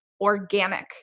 Organic